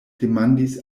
demandis